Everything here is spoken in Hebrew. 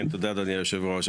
כן, תודה אדוני יושב הראש.